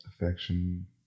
Affection